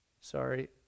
sorry